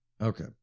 Okay